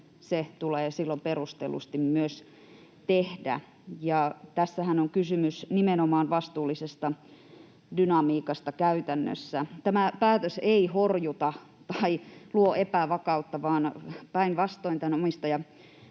se tulee perustellusti myös tehdä. Tässähän on kysymys nimenomaan vastuullisesta dynamiikasta käytännössä. Tämä päätös ei horjuta tai luo epävakautta, vaan päinvastoin tämän omistajapolitiikan